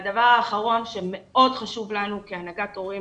והדבר האחרון שמאוד חשוב לנו כהנהגת הורים